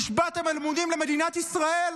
נשבעתם אמונים למדינת ישראל,